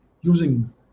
using